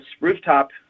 rooftop